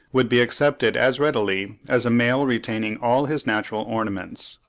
would be accepted as readily as a male retaining all his natural ornaments.